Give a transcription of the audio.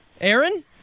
Aaron